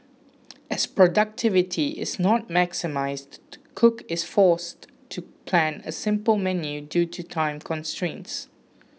as productivity is not maximised the cook is forced to plan a simple menu due to time constraints